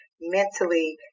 mentally